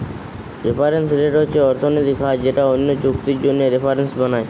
reference rate হচ্ছে অর্থনৈতিক হার যেটা অন্য চুক্তির জন্যে রেফারেন্স বানায়